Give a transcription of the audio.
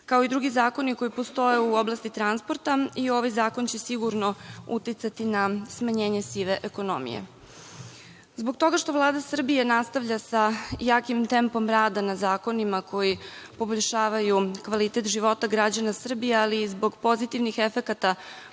Kao i drugi zakoni koji postoje u oblasti transporta i ovaj zakon će sigurno uticati na smanjenje sive ekonomije. Zbog toga što Vlada Srbije nastavlja sa jakim tempom rada na zakonima koji poboljšavaju kvalitet života građana Srbije ali i zbog pozitivnih efekata